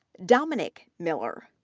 dominic miller,